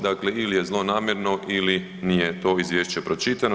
Dakle ili je zlonamjerno ili nije to Izvješće pročitano.